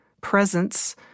presence